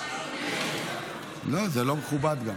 זה לא מכובד.